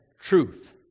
truth